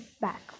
back